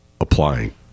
applying